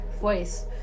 voice